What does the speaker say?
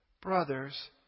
Brothers